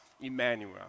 Emmanuel